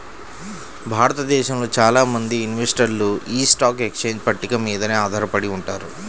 భారతదేశంలో చాలా మంది ఇన్వెస్టర్లు యీ స్టాక్ ఎక్స్చేంజ్ పట్టిక మీదనే ఆధారపడి ఉంటారు